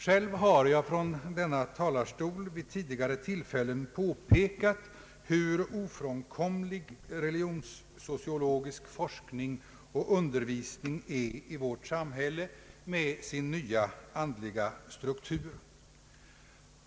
Själv har jag från denna talarstol vid tidigare tillfällen påpekat hur ofrånkomlig religionssociologisk forskning och undervisning är i vårt samhälle med dess nya andliga struktur.